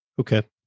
Okay